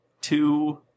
two